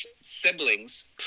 siblings